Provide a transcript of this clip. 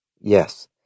Yes